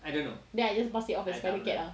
then I just pass it off as spider cat ah